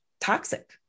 toxic